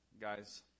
Guys